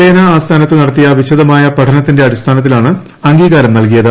സേനാ ആസ്ഥാനത്ത് നടത്തിയ വിശദമായ പഠനത്തിന്റെ അടിസ്ഥാനത്തിലാണ് അംഗീകാരം നൽകിയത്